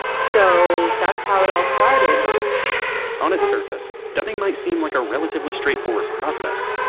so that's how it all started on its surface, dubbing might seem like a relatively straightforward process.